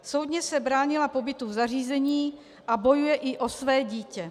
Soudně se bránila pobytu v zařízení a bojuje i o své dítě.